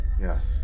Yes